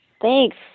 Thanks